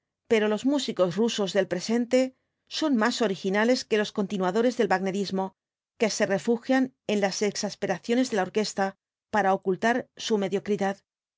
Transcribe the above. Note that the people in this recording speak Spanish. pero los músicos rusos del presente son más originales que los continuadores del wagnerismo que se refugian en las exasperaciones de la orquesta para ocultar su mediocridad